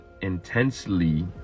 intensely